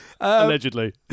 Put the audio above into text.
Allegedly